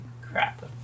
Crap